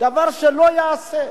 דבר שלא ייעשה.